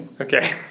Okay